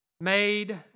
made